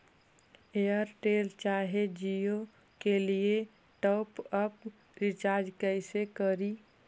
Airtel चाहे जियो के लिए टॉप अप रिचार्ज़ कैसे करी?